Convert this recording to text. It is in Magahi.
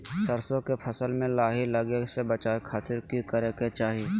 सरसों के फसल में लाही लगे से बचावे खातिर की करे के चाही?